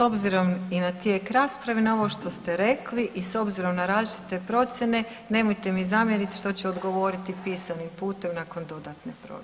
S obzirom i na tijek rasprava i na ovo što ste rekli i s obzirom na različite procjene nemojte mi zamjeriti što ću odgovoriti pisanim putem nakon dodatne provjere.